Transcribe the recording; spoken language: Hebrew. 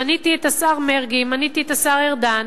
מניתי את השר מרגי, את השר ארדן,